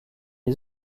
les